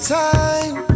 time